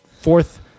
fourth